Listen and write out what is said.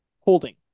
holding